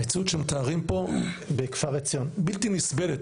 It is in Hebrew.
המציאות שמתארים פה בלתי נסבלת.